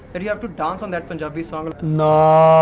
that you have to dance on that punjabi song. you know